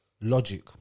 logic